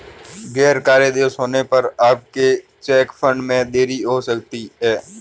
गैर कार्य दिवस होने पर आपके चेक फंड में देरी हो सकती है